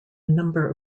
number